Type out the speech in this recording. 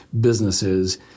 businesses